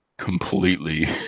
Completely